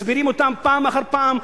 מסבירים אותן פעם אחר פעם.